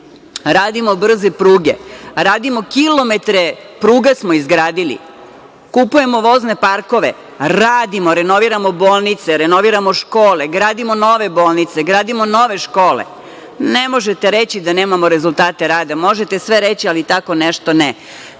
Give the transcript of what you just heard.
vidi. Radimo brze pruge. Radimo, kilometre pruga smo izgradili. Kupujemo vozne parkove. Radimo, renoviramo bolnice, renoviramo škole, gradimo nove bolnice, gradimo nove škole. Ne možete reći da nemamo rezultate rada. Možete sve reći, ali tako nešto